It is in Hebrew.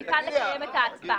ניתן לקיים את ההצבעה.